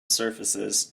surfaces